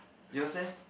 yours leh